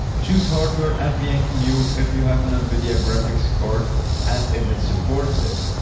choose hardware nvenc new if you have and a nvidia graphics card and if it supports it.